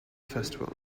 festival